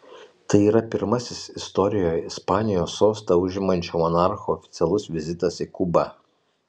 tai yra pirmasis istorijoje ispanijos sostą užimančio monarcho oficialus vizitas į kubą